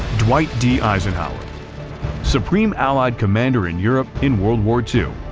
dwight d eisenhower supreme allied commander in europe in world war two,